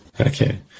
Okay